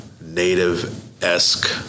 native-esque